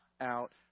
out